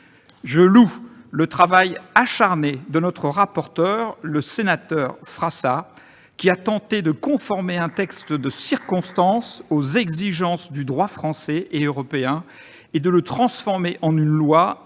Je loue le travail acharné de notre rapporteur, M. Frassa, qui a tenté de rendre conforme un texte de circonstance aux exigences du droit français et européen, et de le transformer en une